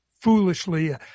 foolishly